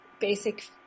basic